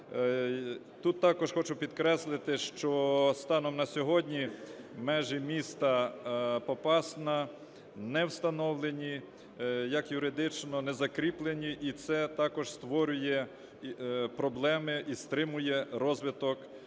Тут також хочу підкреслити, що станом на сьогодні межі міста Попасна не встановлені, як юридично не закріплені, і це також створює проблеми, і стримує розвиток міста